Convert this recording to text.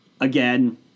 Again